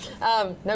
No